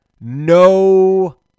no